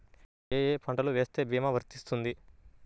ఏ ఏ పంటలు వేస్తే భీమా వర్తిస్తుంది?